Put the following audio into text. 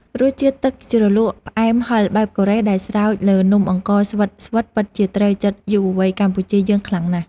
រសជាតិទឹកជ្រលក់ផ្អែមហឹរបែបកូរ៉េដែលស្រោចលើនំអង្ករស្វិតៗពិតជាត្រូវចិត្តយុវវ័យកម្ពុជាយើងខ្លាំងណាស់។